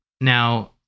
Now